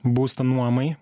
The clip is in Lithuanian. būstą nuomai